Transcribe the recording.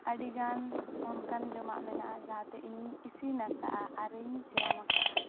ᱟᱹᱰᱤᱜᱟᱱ ᱚᱱᱠᱟᱱ ᱡᱚᱢᱟᱜ ᱢᱮᱱᱟᱜᱼᱟ ᱡᱟᱦᱟᱸᱛᱮ ᱤᱧᱤᱧ ᱤᱥᱤᱱ ᱟᱠᱟᱫᱟ ᱟᱹᱨᱤᱧ ᱡᱚᱢ ᱟᱠᱟᱫᱟ